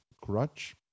crutch